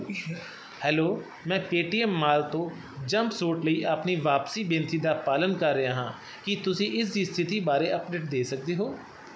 hello ਮੈਂ Paytm mall ਤੋਂ jumpsuit ਲਈ ਆਪਣੀ ਵਾਪਸੀ ਬੇਨਤੀ ਦਾ ਪਾਲਣ ਕਰ ਰਿਹਾ ਹਾਂ ਕੀ ਤੁਸੀਂ ਇਸ ਦੀ ਸਥਿਤੀ ਬਾਰੇ ਅੱਪਡੇਟ ਦੇ ਸਕਦੇ ਹੋ